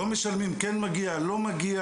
לא משלמים, כן משלמים, מגיע לא מגיע.